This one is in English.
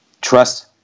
Trust